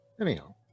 anyhow